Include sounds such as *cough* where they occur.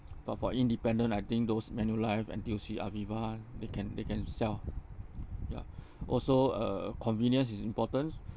but for independent I think those manulife N_T_U_C aviva they can they can sell *noise* ya *breath* also uh convenience is important